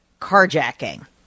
carjacking